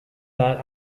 that